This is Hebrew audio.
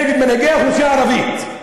נגד מנהיגי האוכלוסייה הערבית.